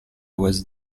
was